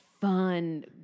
fun